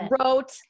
wrote